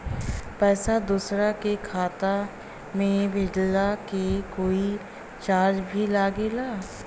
पैसा दोसरा के खाता मे भेजला के कोई चार्ज भी लागेला?